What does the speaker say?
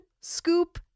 scoop